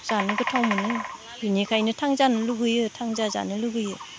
जानो गोथाव मोनो बिनिखायनो थांजानो लुगैयो थांजानो लुगैयो